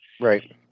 Right